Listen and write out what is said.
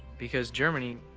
because germany,